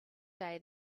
day